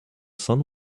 sun